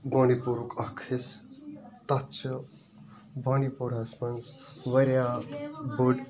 بانٛڈی پورہُک اَکھ حِصہٕ تتھ چھ بانٛڈی پوراہَس مَنٛز واریاہ بٔڈۍ